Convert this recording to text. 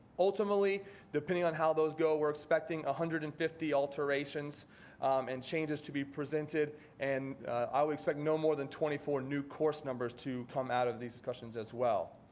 ultimately depending on how those go, we're expecting one hundred and fifty alterations and changes to be presented and i would expect no more than twenty four new course numbers to come out of these discussions as well.